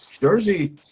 Jersey